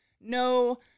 no